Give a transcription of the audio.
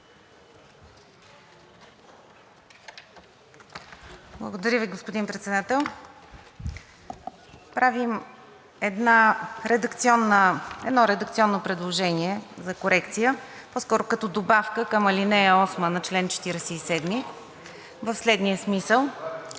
Благодаря Ви, господин Председател. Правим едно редакционно предложение за корекция. По-скоро като добавка към ал. 8 на чл. 47 в следния смисъл: